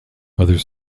other